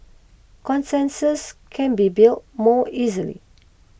consensus can be built more easily